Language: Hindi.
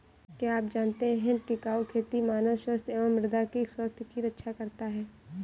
क्या आप जानते है टिकाऊ खेती मानव स्वास्थ्य एवं मृदा की स्वास्थ्य की रक्षा करता हैं?